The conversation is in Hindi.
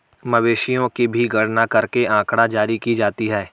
मवेशियों की भी गणना करके आँकड़ा जारी की जाती है